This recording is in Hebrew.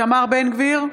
איתמר בן גביר,